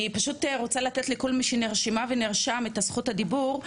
אני פשוט רוצה לתת לכל מי שנרשמה ונרשם את זכות הדיבור.